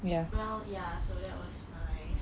well ya so that was like